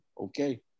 Okay